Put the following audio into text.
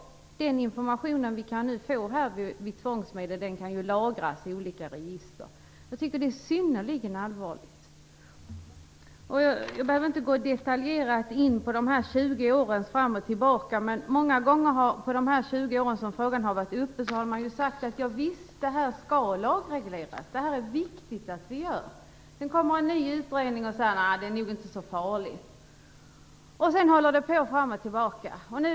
Den information som vi kan få med tvångsmedel kan lagras i olika register. Jag tycker att det är synnerligen allvarligt. Jag behöver inte gå in detaljerat på 20 års svängande fram och tillbaka. Många gånger under de 20 år då frågan har varit uppe har man sagt: Javisst, det här skall lagregleras. Det är viktigt att vi gör det. Sedan kommer en ny utredning och säger: Nej, det är nog inte så farligt. Så håller det på fram och tillbaka.